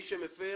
מי שמפר,